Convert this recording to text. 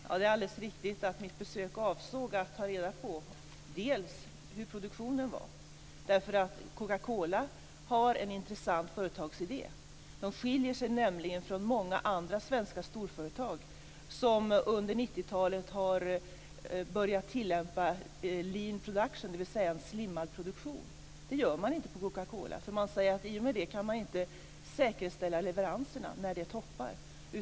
Herr talman! Det är alldeles riktigt att avsikten med mitt besök bl.a. var att ta reda på hur produktionen var, därför att Coca Cola har en intressant företagsidé. Företaget skiljer sig nämligen från många andra svenska storföretag som under 90-talet har börjat tillämpa lean production, dvs. en slimmad produktion. Det gör man inte på Coca Cola, för man säger att i och med det kan man inte säkerställa leveranserna vid toppar.